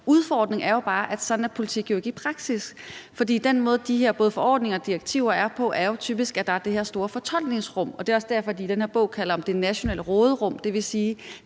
Udfordringen er jo bare, at sådan er politik jo ikke i praksis. For både de her forordninger og direktiver er typisk sådan, at der er det her store fortolkningsrum, og det er også derfor, at de i den her bog kalder det det nationale råderum.